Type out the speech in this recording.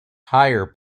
higher